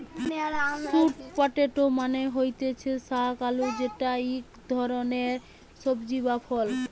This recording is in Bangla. স্যুট পটেটো মানে হতিছে শাক আলু যেটা ইক ধরণের সবজি বা ফল